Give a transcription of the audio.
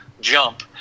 jump